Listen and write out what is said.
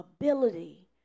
ability